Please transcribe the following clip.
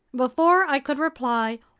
before i could reply,